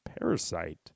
parasite